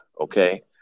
Okay